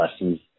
lessons